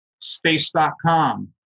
space.com